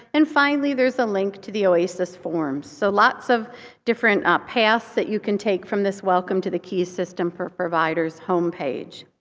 and finally there's a link to the oasis form. so lots of different paths that you can take from this welcome to qies system for providers homepage.